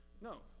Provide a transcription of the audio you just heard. no